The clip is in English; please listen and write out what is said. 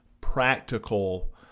practical